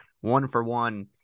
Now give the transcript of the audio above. one-for-one